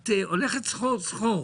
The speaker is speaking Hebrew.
ואת הולכת סחור-סחור.